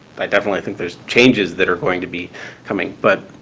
i definitely think there's changes that are going to be coming, but